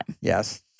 Yes